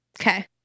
Okay